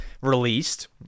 released